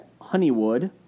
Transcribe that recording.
Honeywood